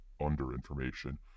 Under-information